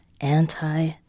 anti